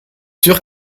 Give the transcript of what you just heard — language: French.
sûr